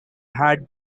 had